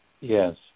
Yes